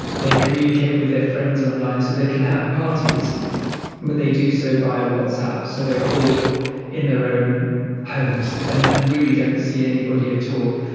they communicate with their friends online. so they can have parties but they do so via whatsapp. so they are all in their own homes and and really don't see anybody at all.